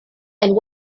and